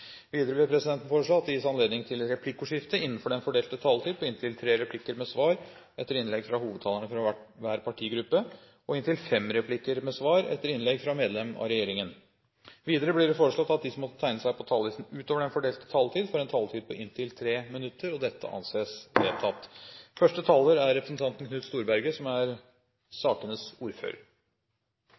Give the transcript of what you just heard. Videre vil presidenten foreslå at det gis anledning til replikkordskifte på inntil tre replikker med svar etter innlegg fra hovedtalerne fra hver partigruppe og inntil fem replikker med svar etter innlegg fra medlem av regjeringen innenfor den fordelte taletid. Videre blir det foreslått at de som måtte tegne seg på talerlisten utover den fordelte taletid, får en taletid på inntil 3 minutter. – Det anses vedtatt. Disse to forslagene som